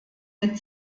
mit